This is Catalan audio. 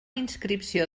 inscripció